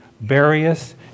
various